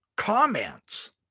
comments